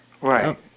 Right